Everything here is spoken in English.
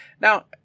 Now